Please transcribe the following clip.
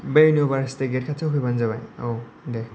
बे university gate खाथियाव फैबानो जाबाय औ दे